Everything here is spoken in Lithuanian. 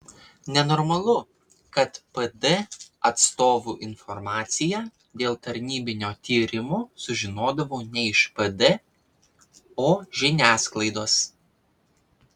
nenormalu kad pd atstovų informaciją dėl tarnybinio tyrimo sužinodavau ne iš pd o žiniasklaidos